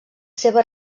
seves